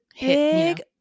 big